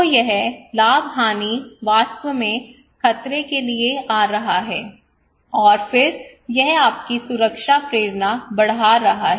तो यह लाभ हानी वास्तव में खतरे के लिए आ रहा है और फिर यह आपकी सुरक्षा प्रेरणा बढ़ा रहा है